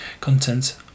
content